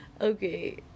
Okay